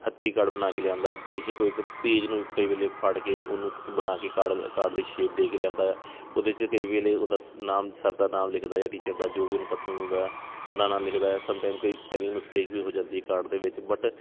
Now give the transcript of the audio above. ਹੱਥੀਂ ਕਾਰਡ ਬਣਾ ਕੇ ਲਿਆਉਂਦਾ ਬੇਸ਼ੱਕ ਉਹ ਇੱਕ ਪੇਜ ਨੂੰ ਕਈ ਵੇਲੇ ਫਾੜ ਕੇ ਉਹਨੂੰ ਬਣਾ ਕੇ ਕਾਡ ਕਾਰਡ ਦੇ ਸ਼ੇਪ ਦੇ ਕੇ ਲਿਆਉਂਦਾ ਹੈ ਉਹਦੇ 'ਚ ਕਈ ਵੇਲੇ ਉਹਦਾ ਸ ਨਾਮ ਸਰ ਦਾ ਨਾਮ ਲਿਖਦਾ ਆ ਟੀਚਰ ਦਾ ਜੋ ਵੀ ਉਹਨੂੰ ਪਸੰਦ ਹੁੰਦਾ ਹੈ ਉਹਦਾ ਨਾਮ ਲਿਖਦਾ ਹੈ ਸਮਟਾਈਮ ਕਈ ਸਪੈਲਿੰਗ ਮਿਸਟੇਕ ਵੀ ਹੋ ਜਾਂਦੀ ਹੈ ਕਾਰਡ ਦੇ ਵਿੱਚ ਬੱਟ